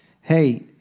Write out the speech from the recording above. hey